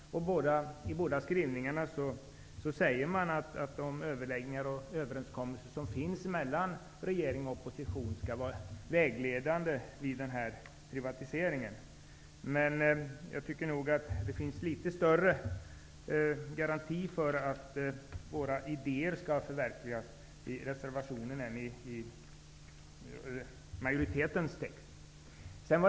Det sägs att regeringens och oppositionens överläggningar och överenskommelser skall vara vägledande vid en privatisering. Men jag tycker nog att reservationen utgör en bättre garanti för att våra idéer förverkligas än vad majoritetens skrivning gör.